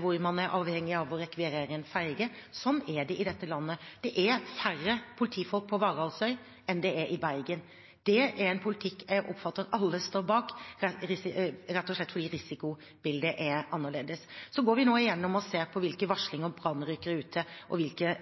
hvor man er avhengig av å rekvirere en ferge. Sånn er det i dette landet – det er færre politifolk på Varaldsøy enn det er i Bergen. Det er en politikk jeg oppfatter at alle står bak, rett og slett fordi risikobildet er forskjellig. Så går vi nå gjennom og ser på hvilke varslinger brannvesenet rykker ut til, og hvilke